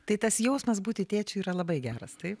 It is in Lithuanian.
tai tas jausmas būti tėčiu yra labai geras taip